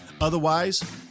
Otherwise